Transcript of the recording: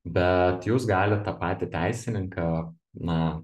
bet jūs galit tą patį teisininką na